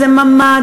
איזה ממ"ד,